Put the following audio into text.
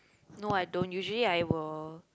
no I don't usually I will